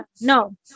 no